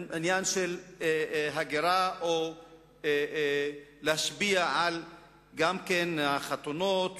עניין של הגירה, או להשפיע גם כן על החתונות